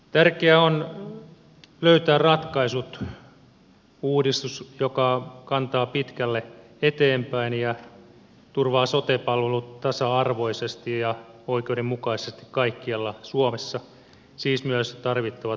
tärkeää on löytää ratkaisu uudistus joka kantaa pitkälle eteenpäin ja turvaa sote palvelut tasa arvoisesti ja oikeudenmukaisesti kaikkialla suomessa siis myös tarvittavat lähipalvelut